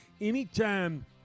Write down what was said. Anytime